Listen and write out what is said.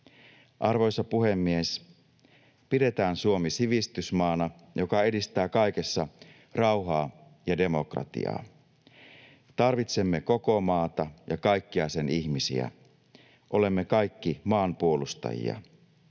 Arvoisa puhemies! Pidetään Suomi sivistysmaana, joka edistää kaikessa rauhaa ja demokratiaa. Tarvitsemme koko maata ja kaikkia sen ihmisiä, olemme kaikki maan puolustajia.